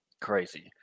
Crazy